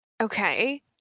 okay